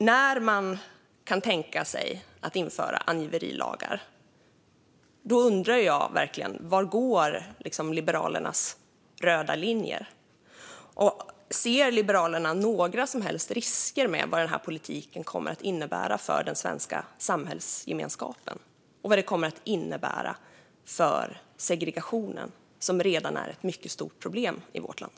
När man kan tänka sig att införa angiverilagar, då undrar jag verkligen var Liberalernas röda linjer går. Ser Liberalerna några som helst risker med vad denna politik kommer att innebära för den svenska samhällsgemenskapen och vad den kommer att innebära för segregationen, som redan är ett mycket stort problem i vårt land?